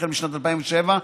משנת 2007,